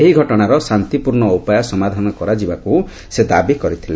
ଏହି ଘଟଣାର ଶାନ୍ତିପୂର୍ଣ୍ଣ ଉପାୟରେ ସମାଧାନ କରାଯିବାକୁ ସେ ଦାବି କରିଥିଲେ